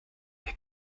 wir